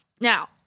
Now